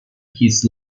his